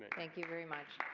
thank you very much.